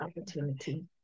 opportunity